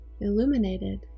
illuminated